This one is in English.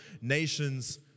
nations